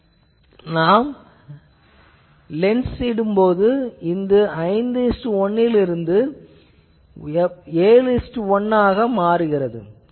ஆனால் நாம் லென்ஸ் இடும்போது இது 51 லிருந்து 71 ஆகிறது